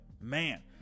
Man